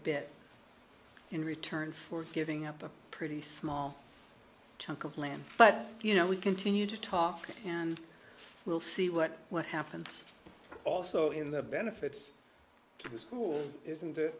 bit in return for giving up a pretty small land but you know we continue to talk and we'll see what what happens also in the benefits to the schools isn't